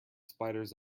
spiders